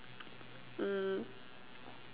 mm